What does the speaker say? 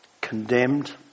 condemned